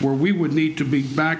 where we would need to be back